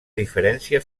diferència